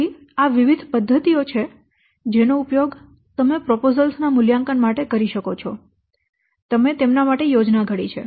તેથી આ વિવિધ પદ્ધતિઓ છે જેનો ઉપયોગ તમે દરખાસ્તો ના મૂલ્યાંકન માટે કરી શકો છો તમેં તેમના માટે યોજના ઘડી છે